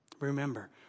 Remember